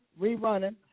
rerunning